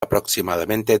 aproximadamente